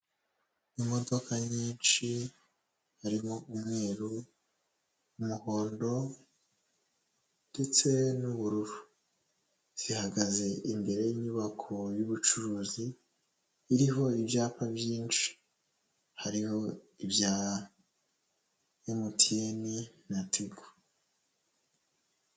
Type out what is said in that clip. Imodoka nyinshi harimo umweru, umuhondo ndetse n'ubururu, zihagaze imbere y'inyubako y'ubucuruzi iriho ibyapa byinshi, hariho ibya MTN na Tigo.